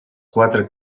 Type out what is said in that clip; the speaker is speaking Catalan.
quatre